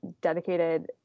dedicated